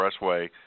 Expressway